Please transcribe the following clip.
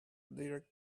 direct